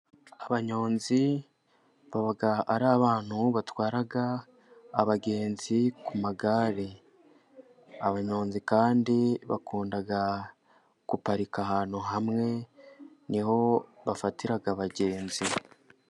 Abanyonzi baba ari abantu batwara abagenzi ku magare, abanyonzi kandi bakunda guparika ahantu hamwe niho bafatira abagenzi.